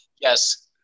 yes